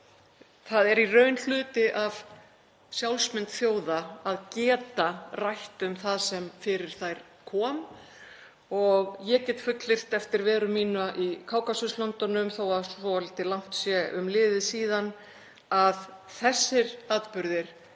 Það er í raun hluti af sjálfsmynd þjóða að geta rætt um það sem fyrir þær kom. Ég get fullyrt eftir veru mína í Kákasuslöndunum, þótt svolítið langt sé um liðið síðan, að þessir atburðir eru